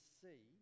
see